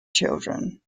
children